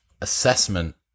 assessment